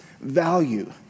value